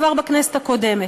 כבר בכנסת הקודמת.